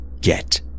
Get